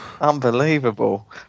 unbelievable